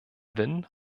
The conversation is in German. wynn